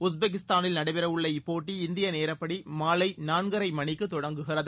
உஸ்பெகிஸ்தானில் நடைபெறவுள்ள இப்போட்டி இந்திய நேரப்படி மாலை நான்கரை மணிக்கு தொடங்குகிறது